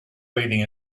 leading